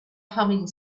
humming